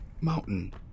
Mountain